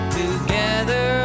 together